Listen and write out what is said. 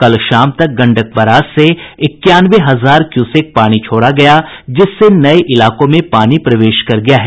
कल शाम तक गंडक बराज से इक्यानवे हजार क्यूसेक पानी छोड़ा गया जिससे नये इलाकों में पानी प्रवेश कर गया है